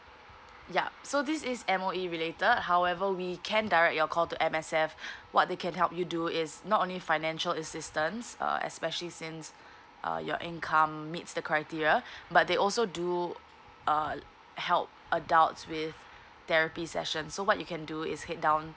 yup so this is M_O_E related however we can direct your call to M_S_F what they can help you do is not only financial assistance uh especially since uh your income meets the criteria but they also do uh help adults with therapy session so what you can do is head down